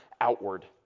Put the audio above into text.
outward